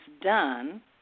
done